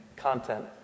content